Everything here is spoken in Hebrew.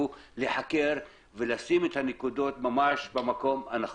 להיחקר ולשים את הנקודות במקום הנכון.